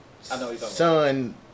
son